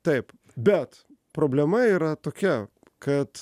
taip bet problema yra tokia kad